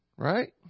Right